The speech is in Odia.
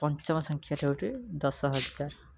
ପଞ୍ଚମ ସଂଖ୍ୟାଟି ହେଉଛି ଦଶ ହଜାର